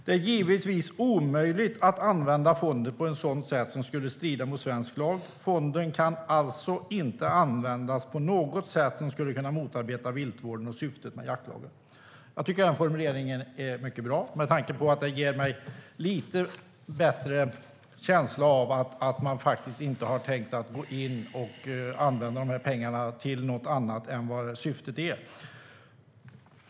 Det är givetvis omöjligt att använda fonden på ett sätt som skulle strida mot svensk lag. Fonden kan alltså inte användas på något sätt som skulle kunna motarbeta viltvården och syftet med jaktlagen." Jag tycker att de formuleringarna är mycket bra. De ger mig lite bättre känsla av att man inte har tänkt använda pengarna till något annat än vad syftet är.